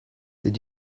did